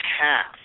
half